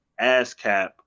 ASCAP